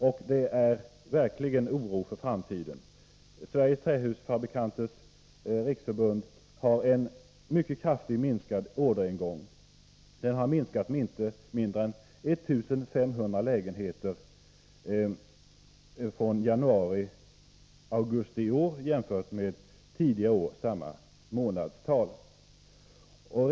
Och det råder verkligen oro för framtiden. Sveriges Trähusfabrikers riksförbund noterar en mycket kraftigt minskad orderingång — en minskning med inte mindre än 1 500 lägenheter under januari-augusti jämfört med samma månader tidigare år.